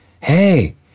hey